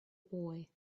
boy